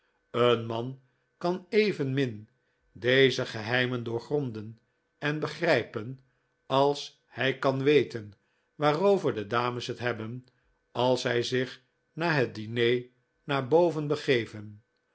een man kan evenmin deze geheimen doorgronden en begrijpen als hij kan weten waarover de dames het hebben als zij zich na het diner naar boven begeven